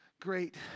great